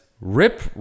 Rip